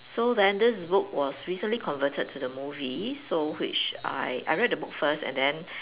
so then this book was recently converted to the movie so which I I read the book first and then